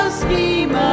scheme